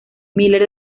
miller